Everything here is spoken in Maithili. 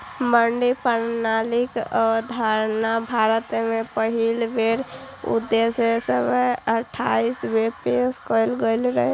मंडी प्रणालीक अवधारणा भारत मे पहिल बेर उन्नैस सय अट्ठाइस मे पेश कैल गेल रहै